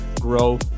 grow